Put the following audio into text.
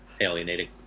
alienating